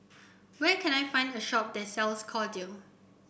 where can I find a shop that sells Kordel